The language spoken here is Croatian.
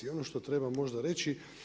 I ono što treba možda reći.